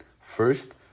First